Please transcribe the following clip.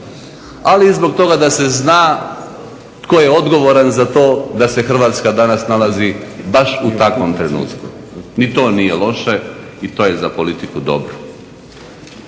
ali i zbog toga da se zna tko je odgovoran za to da se Hrvatska danas nalazi baš u takvom trenutku. Ni to nije loše i to je za politiku dobro.